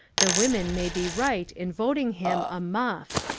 the women may be right in voting him a muff.